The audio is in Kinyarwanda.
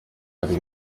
hari